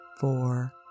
four